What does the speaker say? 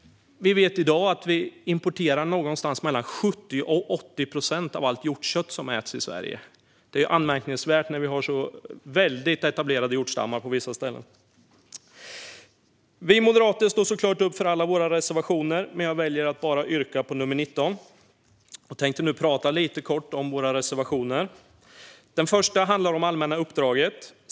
Vi vet att vi i dag importerar mellan 70 och 80 procent av allt hjortkött som äts i Sverige. Det är anmärkningsvärt när vi har så väldigt etablerade hjortstammar på vissa ställen. Vi moderater står såklart upp för alla våra reservationer, men jag väljer att yrka bifall enbart till nr 19. Jag tänkte nu tala lite kort om våra reservationer. Den första handlar om det allmänna uppdraget.